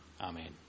Amen